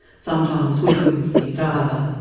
sometimes we couldn't see it either.